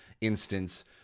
instance